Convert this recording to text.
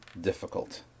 difficult